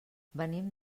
venim